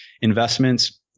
investments